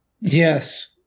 Yes